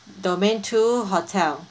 domain two hotel